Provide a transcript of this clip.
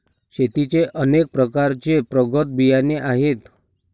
शेतीचे अनेक प्रकारचे प्रगत बियाणे आहेत